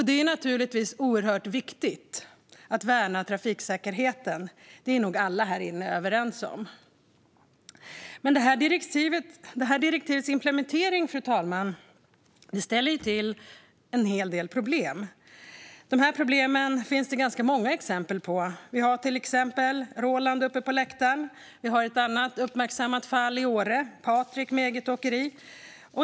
Det är naturligtvis oerhört viktigt att värna trafiksäkerheten. Det är nog alla här inne överens om. Men detta direktivs implementering, fru talman, ställer till en hel del problem. Dessa problem finns det ganska många exempel på. Vi har till exempel Roland uppe på läktaren. Vi har ett annat uppmärksammat fall i Åre - Patrik med eget åkeri.